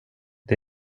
det